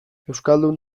euskaldun